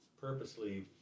purposely